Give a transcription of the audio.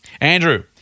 Andrew